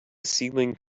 ceiling